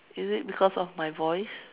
is it because of my voice